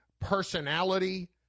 personality